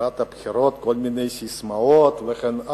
לקראת הבחירות כל מיני ססמאות וכן הלאה.